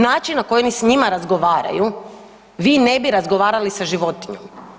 Način na koji oni s njima razgovaraju vi ne bi razgovarali sa životinjom.